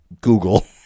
Google